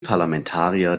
parlamentarier